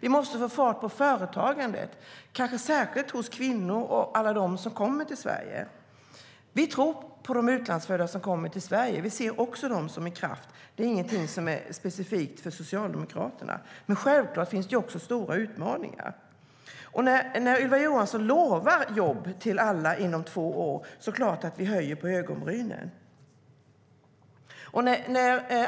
Vi måste få fart på företagandet, kanske särskilt bland kvinnor och alla dem som kommer till Sverige. Vi tror på de utlandsfödda som kommer till Sverige. Vi ser också dem som en kraft. Det är ingenting som är specifikt för Socialdemokraterna. Men självklart finns det också stora utmaningar. När Ylva Johansson lovar jobb till alla inom två år höjer vi såklart på ögonbrynen.